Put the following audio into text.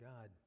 God